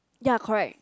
ya correct